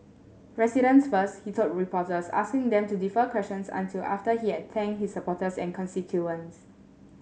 residents first he told the reporters asking them to defer questions until after he had thanked his supporters and constituents